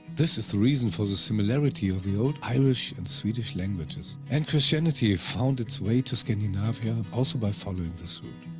this is the reason for the similarity of the old irish and the swedish languages, and christianity found its way to scandinavia also by following this route.